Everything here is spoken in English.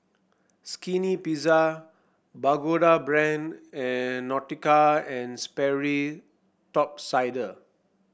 Skinny Pizza Pagoda Brand and Nautica And Sperry Top Sider